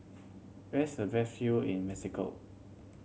where is the best view in Mexico